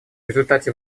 результате